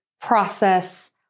process